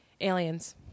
Aliens